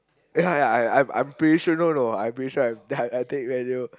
ya ya I I am pretty sure no no I am pretty sure I I take manual